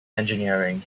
engineering